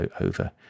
over